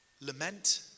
Lament